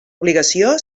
obligació